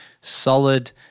solid